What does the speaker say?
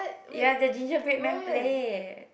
ya the gingerbread man play